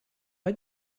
why